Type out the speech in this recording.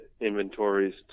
inventories